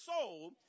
soul